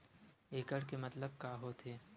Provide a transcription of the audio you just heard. एकड़ के मतलब का होथे?